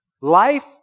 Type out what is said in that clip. Life